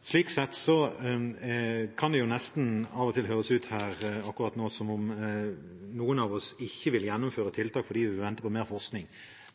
Slik sett kan det nesten høres ut akkurat nå som om noen av oss ikke vil gjennomføre tiltak fordi vi vil vente på mer forskning.